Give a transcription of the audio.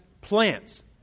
plants